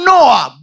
Noah